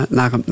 naar